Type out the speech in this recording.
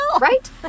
Right